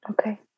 Okay